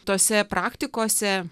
tose praktikose